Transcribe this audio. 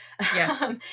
Yes